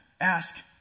Ask